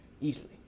easily